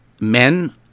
Men